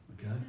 okay